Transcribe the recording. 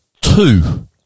two